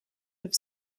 have